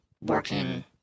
working